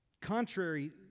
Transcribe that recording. Contrary